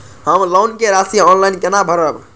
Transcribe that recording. हम लोन के राशि ऑनलाइन केना भरब?